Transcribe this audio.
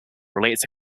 relates